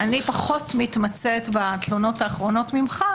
אני פחות מתמצאת בתלונות האחרונות לעומתך,